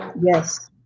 Yes